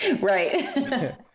Right